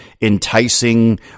enticing